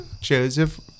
Joseph